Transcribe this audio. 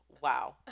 Wow